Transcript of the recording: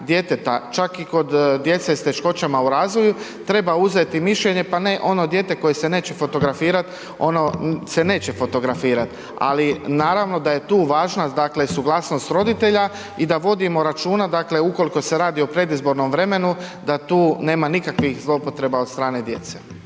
djeteta, čak i kod djece s teškoćama u razvoju, treba uzeti mišljenje, pa ne ono dijete koje se neće fotografirat, ono se neće fotografirat, ali naravno da je tu važnost, dakle, suglasnost roditelja i da vodimo računa, dakle, ukoliko se radi o predizbornom vremenu da tu nema nikakvih zloupotreba od strane djece.